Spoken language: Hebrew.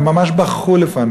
הם ממש בכו לפני.